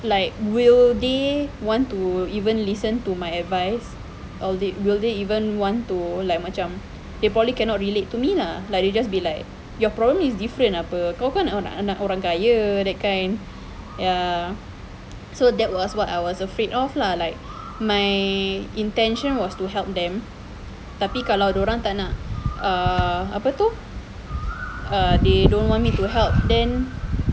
like will they want to even listen to my advice or will they even want to like they probably cannot relate to me lah like your just be like your problem is different apa kau kan anak-anak orang kaya that kind ya so that was what I was afraid of lah my intention was to help them tapi kalau orang tak nak apa tu uh they don't want me to help then